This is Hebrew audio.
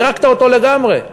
פירקת אותו לגמרי.